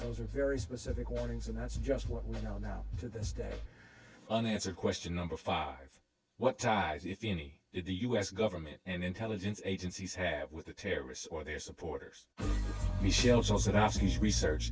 those are very specific warnings and that's just what we know now to this day unanswered question number five what times if any is the u s government and intelligence agencies have with the terrorists or their supporters